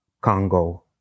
Congo